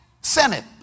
senate